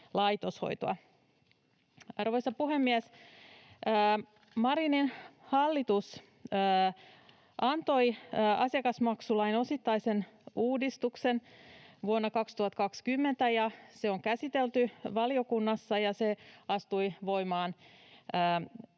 Arvoisa puhemies! Marinin hallitus antoi asiakasmaksulain osittaisen uudistuksen vuonna 2020, ja se on käsitelty valiokunnassa, ja se astui voimaan